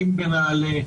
בנעל"ה?